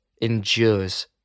endures